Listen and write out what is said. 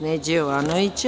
Neđe Jovanovića.